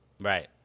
Right